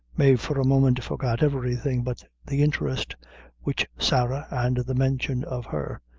mave for a moment forgot everything but the interest which sarah, and the mention of her,